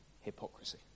hypocrisy